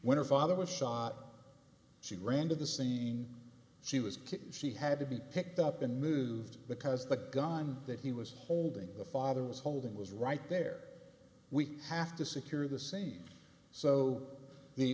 her father was shot she ran to the scene she was kicked she had to be picked up and moved because the gun that he was holding the father was holding was right there we have to secure the same so the